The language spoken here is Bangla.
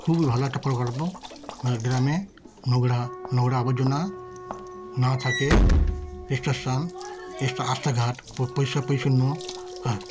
খুবই ভালো একটা প্রকল্প মানে গ্রামে নোংরা নোংরা আবর্জনা না থাকে স্টেশন এস্তা রাস্তাঘাট পরিষ্কার পরিছন্ন হ্যাঁ